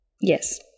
yes